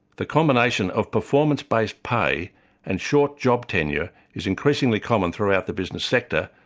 the combination of performance-based pay and short job tenure, is increasingly common throughout the business sector,